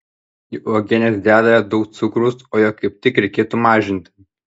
į uogienes dedame daug cukraus o jo kaip tik reikėtų mažinti